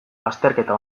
bazterketa